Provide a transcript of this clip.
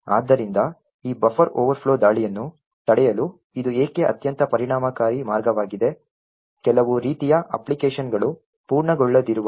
ಆದ್ದರಿಂದ ಈ buffer overflow ದಾಳಿಯನ್ನು ತಡೆಯಲು ಇದು ಏಕೆ ಅತ್ಯಂತ ಪರಿಣಾಮಕಾರಿ ಮಾರ್ಗವಾಗಿದೆ ಕೆಲವು ರೀತಿಯ ಅಪ್ಲಿಕೇಶನ್ಗಳು ಪೂರ್ಣಗೊಳ್ಳದಿರುವ ಒಂದು ತೊಂದರೆಯೂ ಇದೆ